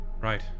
Right